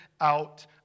out